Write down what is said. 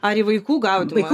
ar į vaikų gaudymą